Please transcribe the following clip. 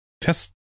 Test